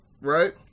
right